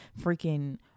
freaking